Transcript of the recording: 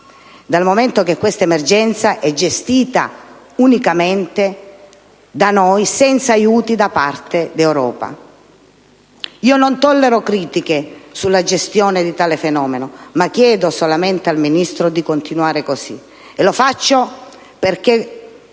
Dal momento che questa emergenza è gestita unicamente da noi senza aiuti da parte del resto d'Europa, io non tollero critiche sulla gestione di tale fenomeno, ma chiedo solamente al Ministro di continuare così, e lo faccio perché